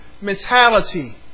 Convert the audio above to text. mentality